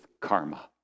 karma